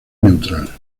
neutral